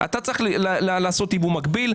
אתה צריך לעשות ייבוא מקביל,